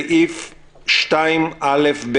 הסתייגות מס' 4. בסעיף 2א(ב)